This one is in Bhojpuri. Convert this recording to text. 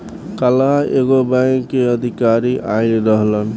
काल्ह एगो बैंक के अधिकारी आइल रहलन